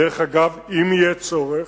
דרך אגב, אם יהיה צורך,